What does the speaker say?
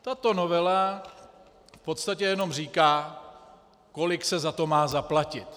Tato novela v podstatě jenom říká, kolik se za to má zaplatit.